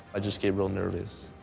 i just get real nervous.